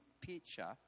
picture